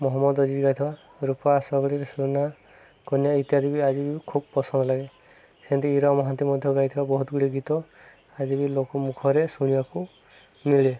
ମହମ୍ମଦ ଅଜି ଗାଇଥିବା ରୂପା ଶଗଡ଼ିରେ ସୁନା କନିଆଁ ଇତ୍ୟାଦି ବି ଆଜି ବି ଖୁବ ପସନ୍ଦ ଲାଗେ ସେମିନ୍ତି ଇରା ମହାନ୍ତି ମଧ୍ୟ ଗାଇଥିବା ବହୁତ ଗୁଡ଼ିଏ ଗୀତ ଆଜି ବି ଲୋକ ମୁଖରେ ଶୁଣିବାକୁ ମିଳେ